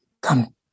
come